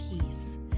peace